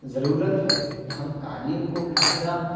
ضرورت ہے کہ ہم تعلیم کو اپنا